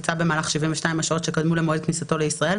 שביצע במהלך 72 השעות שקדמו למועד כניסתו לישראל,